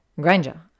Granger